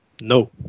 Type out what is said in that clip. No